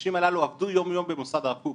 האנשים האלה עבדו יום יום במוסד הרב קוק.